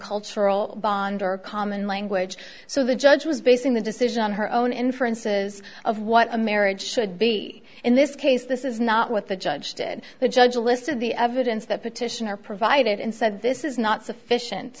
cultural bond or common language so the judge was basing the decision on her own inferences of what a marriage should be in this case this is not what the judge did the judge a list of the evidence that petitioner provided and said this is not sufficient